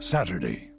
Saturday